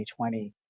2020